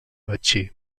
betxí